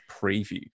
preview